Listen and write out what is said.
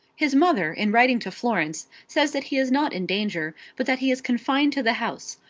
his mother in writing to florence says that he is not in danger but that he is confined to the house.